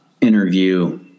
interview